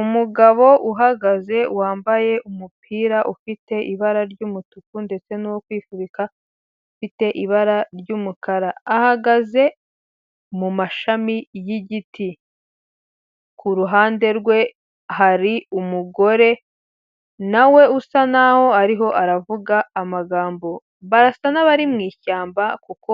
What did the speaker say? Umugabo uhagaze wambaye umupira ufite ibara ry'umutuku ndetse n'uwo kwifubika ufite ibara ry'umukara ahagaze mumashami yigiti kuruhande rwe hari umugore nawe usa naho ariho aravuga amagambo basa nabari mu ishyamba kuko